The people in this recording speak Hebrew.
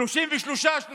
33, 34,